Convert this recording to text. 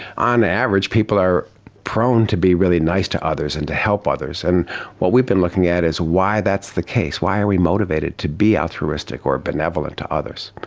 on average people are prone to be really nice to others and to help others. and what we've been looking at is why that's the case, why are we motivated to be altruistic or benevolent to others?